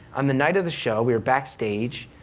on the night of the show, we were backstage,